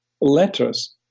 letters